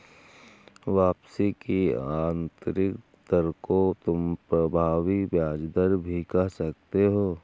वापसी की आंतरिक दर को तुम प्रभावी ब्याज दर भी कह सकते हो